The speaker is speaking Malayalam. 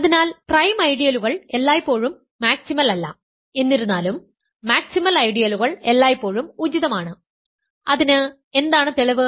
അതിനാൽ പ്രൈം ഐഡിയലുകൾ എല്ലായ്പ്പോഴും മാക്സിമൽ അല്ല എന്നിരുന്നാലും മാക്സിമൽ ഐഡിയലുകൾ എല്ലായ്പ്പോഴും ഉചിതമാണ് അതിന് എന്താണ് തെളിവ്